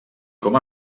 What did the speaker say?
com